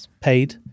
Paid